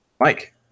Mike